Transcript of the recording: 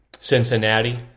Cincinnati